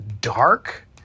dark